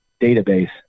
database